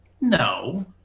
no